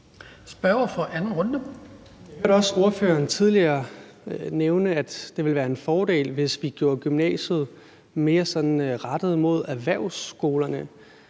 Lund-Nielsen (M): Jeg hørte også ordføreren nævne tidligere, at det ville være en fordel, hvis vi gjorde gymnasiet mere rettet mod erhvervsskolerne.